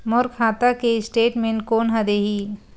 मोर खाता के स्टेटमेंट कोन ह देही?